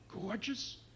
gorgeous